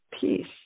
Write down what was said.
peace